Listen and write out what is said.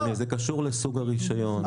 זה קשור לסוג הרישיון.